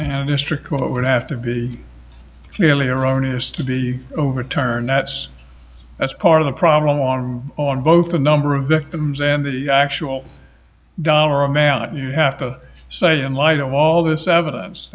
and district what would have to be clearly erroneous to be overturned that's that's part of the problem on on both the number of victims and the actual dollar amount you have to say in light of all this evidence